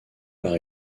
par